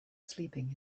sleeping